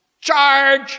Charge